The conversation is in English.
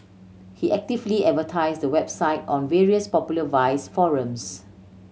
he actively advertised the website on various popular vice forums